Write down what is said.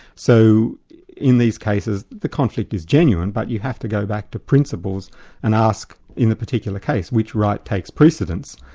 so in these cases the conflict is genuine, but you have to go back to principles and ask in a particular case, which rights takes precedence?